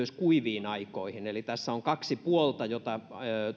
kuiviin aikoihin eli tässä on kaksi puolta joista